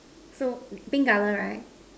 so pink color right